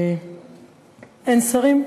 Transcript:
אין שרים?